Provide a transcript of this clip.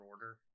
Order